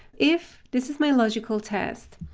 if, this is my logical test,